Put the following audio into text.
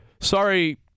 sorry